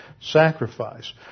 sacrifice